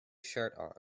shirt